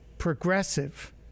progressive